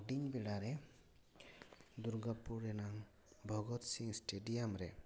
ᱦᱩᱰᱤᱧ ᱵᱮᱲᱟ ᱨᱮ ᱫᱩᱨᱜᱟᱯᱩᱨ ᱨᱮᱱᱟᱝ ᱵᱷᱚᱜᱚᱛ ᱥᱤᱝ ᱮᱥᱴᱮᱰᱤᱭᱟᱢ ᱨᱮ